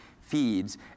feeds